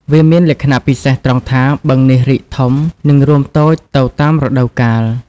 វាមានលក្ខណៈពិសេសត្រង់ថា បឹងនេះរីកធំ និងរួមតូចទៅតាមរដូវកាល។